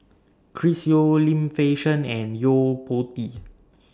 Chris Yeo Lim Fei Shen and Yo Po Tee